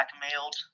blackmailed